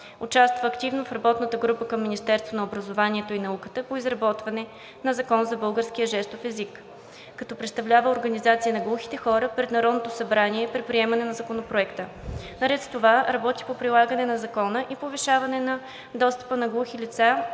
Участва активно в работната група към Министерството на образованието и науката по изработване на Закон за българския жестов език, като представлява организацията на глухите хора пред Народното събрание при приемането на Законопроекта. Наред с това работи по прилагане на закона и повишаване на достъпа на глухи лица